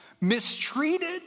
mistreated